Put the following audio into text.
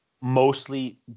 mostly